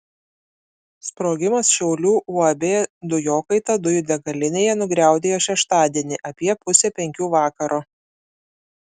sprogimas šiaulių uab dujokaita dujų degalinėje nugriaudėjo šeštadienį apie pusę penkių vakaro